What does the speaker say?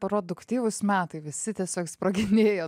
produktyvūs metai visi tiesiog sproginėjo